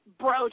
bro